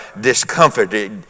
discomforted